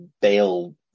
bail